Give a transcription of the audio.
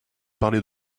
parler